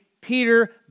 Peter